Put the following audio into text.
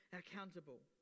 accountable